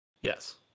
Yes